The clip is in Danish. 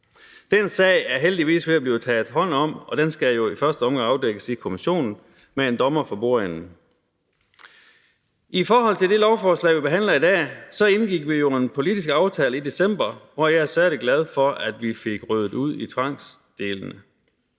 Den sag er der heldigvis ved at blive taget hånd om, og den skal jo i første omgang afdækkes i kommissionen med en dommer for bordenden. I forhold til dette lovforslag, vi behandler i dag, så indgik vi jo en politisk aftale i december, hvor jeg er særlig glad for, at vi fik ryddet ud i tvangsdelene.